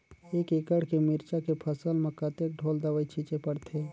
एक एकड़ के मिरचा के फसल म कतेक ढोल दवई छीचे पड़थे?